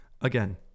Again